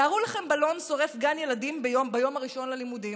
תארו לכם בלון שורף גן ילדים ביום הראשון ללימודים.